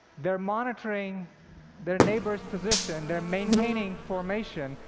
they're monitoring their neighbors' positions. they're maintaining formation.